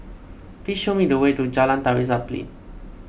please show me the way to Jalan Tari Zapin